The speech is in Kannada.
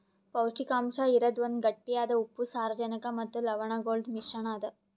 ಪೌಷ್ಟಿಕಾಂಶ ಇರದ್ ಒಂದ್ ಗಟ್ಟಿಯಾದ ಉಪ್ಪು, ಸಾರಜನಕ ಮತ್ತ ಲವಣಗೊಳ್ದು ಮಿಶ್ರಣ ಅದಾ